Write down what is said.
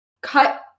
cut